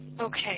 okay